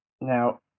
now